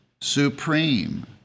supreme